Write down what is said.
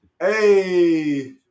Hey